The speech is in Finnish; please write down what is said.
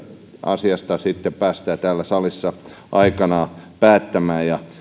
asiasta sitten päästään täällä salissa aikanaan päättämään ja